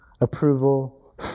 approval